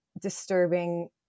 disturbing